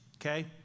Okay